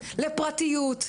לפרטיות,